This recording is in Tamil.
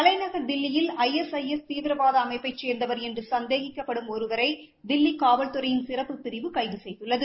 தலைநன் தில்லியில் ஐ எஸ் ஐ எஸ் தீவிரவாத அனமப்பை சேர்ந்தவர் என்று சந்தேகிக்கப்படும் ஒருவரை தில்லி காவல்துறையின் சிறப்புப் பிரிவு கைது செய்துள்ளது